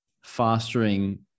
fostering